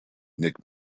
nick